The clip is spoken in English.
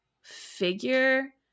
figure